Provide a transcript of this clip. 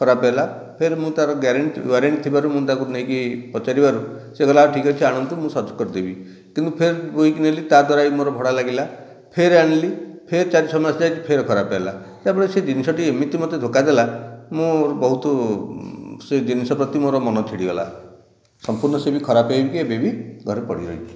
ଖରାପ ହେଲା ଫେର୍ ମୁଁ ତା ର ୱାରେଣ୍ଟି ଥିବାରୁ ମୁଁ ତାକୁ ନେଇକି ପଚାରିବାରୁ ତାପରେ ସେ କହିଲା ହଉ ଠିକ୍ ଅଛି ଚାଲନ୍ତୁ ମୁଁ ଠିକ୍ କରିଦେବି କିନ୍ତୁ ଫେର୍ ବୋହିକି ନେଲି ତାଦ୍ୱାରା ବି ମୋର ଭଡ଼ା ଲାଗିଲା ଫେର୍ ଆଣିଲି ଫେର୍ ଚାରି ଛଅ ମାସ ଯାଈଛି ଫେର୍ ଖରାପ ହେଲା ତାପରେ ସେ ଜିନିଷଟି ଏମିତି ମୋତେ ଧୋକା ଦେଲା ମୁଁ ବହୁତ ସେ ଜିନିଷ ପ୍ରତି ମୋର ମନ ଚିଡ଼ିଗଲା ସମ୍ପୂର୍ଣ୍ଣ ସେ ବି ଖରାପ ହେଇକି ଏବେବି ଘରେ ପଡ଼ିରହିଛି